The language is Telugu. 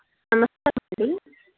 నమస్కారమండి